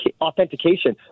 authentication